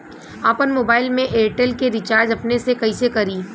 आपन मोबाइल में एयरटेल के रिचार्ज अपने से कइसे करि?